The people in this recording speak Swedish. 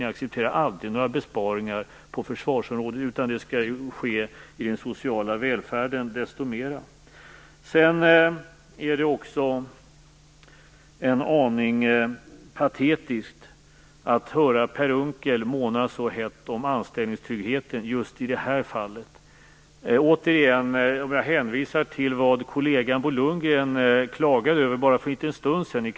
Ni accepterar aldrig några besparingar på försvarsområdet. Det skall i stället ske desto mer i den sociala välfärden. Det är också en aning patetiskt att höra Per Unckel måna så hett om anställningstryggheten just i det här fallet. Återigen hänvisar jag till vad kollegan Bo Lundgren klagade över bara för en liten stund sedan i kammaren.